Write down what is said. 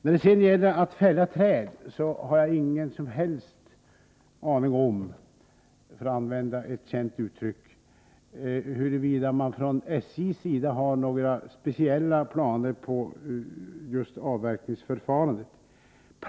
När det gäller att fälla träd har jag ingen som helst aning om — för att använda ett känt uttryck — huruvida man från SJ:s sida har några speciella planer beträffande just avverkningsförfarandet.